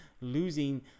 losing